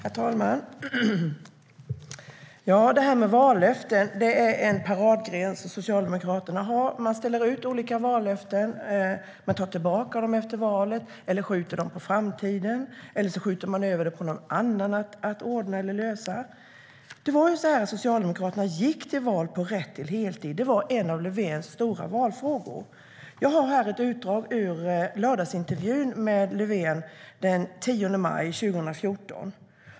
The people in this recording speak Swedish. Herr talman! Det här med vallöften är en paradgren som Socialdemokraterna har. Man ställer ut olika vallöften. Man tar tillbaka dem efter valet eller skjuter dem på framtiden. Eller så skjuter man över dem på någon annan som ska ordna eller lösa dem. Socialdemokraterna gick till val på frågan om rätt till heltid. Det var en av Löfvens stora valfrågor. Jag har här ett utdrag ur lördagsintervjun med Löfven den 10 maj 2014.